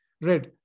red